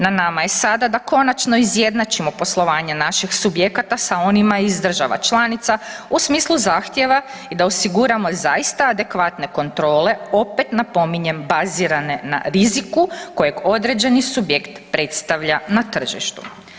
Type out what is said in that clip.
Na nama je sada da konačno izjednačimo poslovanje naših subjekata sa onima iz država članica, u smislu zahtjeva i da osiguramo zaista adekvatne kontrole, opet napominjem, bazirane na riziku kojeg određeni subjekt predstavlja na tržištu.